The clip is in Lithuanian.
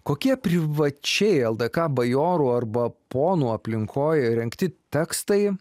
kokie privačiai ldk bajorų arba ponų aplinkoj rengti tekstai